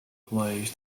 plays